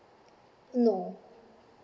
no